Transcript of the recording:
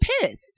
pissed